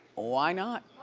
why not?